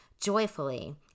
joyfully